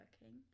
working